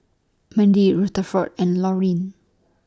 Mandie Rutherford and Laurine